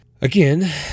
Again